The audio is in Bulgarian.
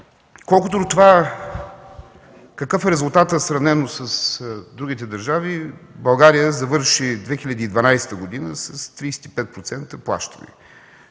Колкото до това какъв е резултатът, сравнен с другите държави – България завърши 2012 г. с 35% плащания.